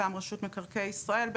מטעם רשות מקרקעי ישראל,